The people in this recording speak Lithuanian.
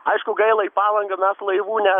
aišku gaila į palangą mes laivų ne